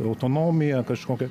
autonomija kažkokia